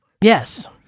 Yes